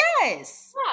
Yes